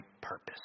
purpose